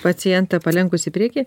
pacientą palenkus į priekį